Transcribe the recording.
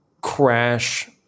crash